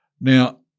Now